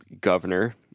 governor